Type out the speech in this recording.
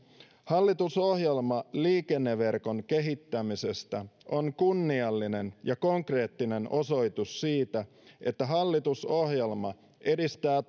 hallitusohjelma liikenneverkon kehittämisestä on kunniallinen ja konkreettinen osoitus siitä että hallitusohjelma edistää